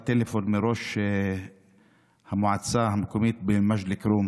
טלפון מראש המועצה המקומית מג'ד אל-כרום